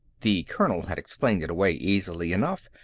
the colonel had explained it away easily enough,